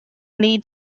need